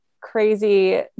crazy